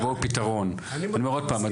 אני אומר עוד פעם,